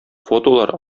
фотолар